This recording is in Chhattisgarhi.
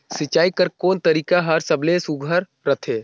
सिंचाई कर कोन तरीका हर सबले सुघ्घर रथे?